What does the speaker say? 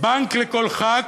בנק לכל ח"כ,